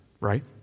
right